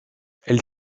elle